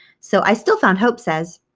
so i still found hope says,